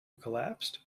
collapsed